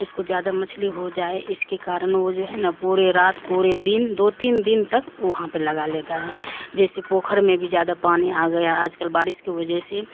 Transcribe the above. اس کو جیادہ مچھلی ہو جائے اس کے کارن وہ جو ہے نا پورے رات پورے دن دو تین دن تک وہاں پہ لگا لیتا ہے جیسے پوکھر میں بھی زیادہ پانی آ گیا آج کل بارش کی وجہ سے